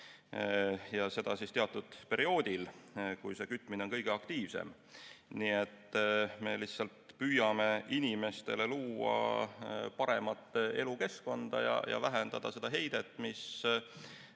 Ja seda teatud perioodil, kui kütmine on kõige aktiivsem. Nii et me lihtsalt püüame inimestele luua paremat elukeskkonda ja vähendada seda heidet, mis